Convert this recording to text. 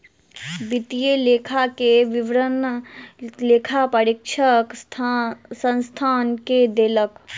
वित्तीय लेखा के विवरण लेखा परीक्षक संस्थान के देलक